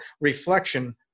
reflection